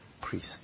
priest